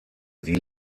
sie